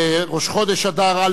חודש אדר ב',